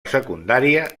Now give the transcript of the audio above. secundària